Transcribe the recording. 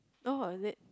oh is it